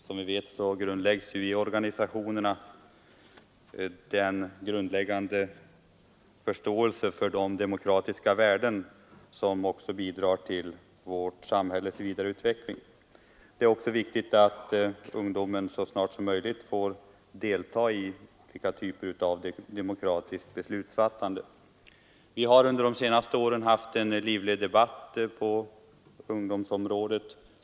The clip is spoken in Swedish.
Som vi vet grundläggs i organisationerna den förståelse för de demokratiska värdena som bidrar till vårt samhälles vidareutveckling. Det är också viktigt att ungdomen så snabbt som möjligt får delta i olika typer av demokratiskt beslutsfattande. Vi har under de senaste åren haft en livlig debatt på ungdomsområdet.